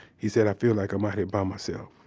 he said, i feel like i'm out here but myself.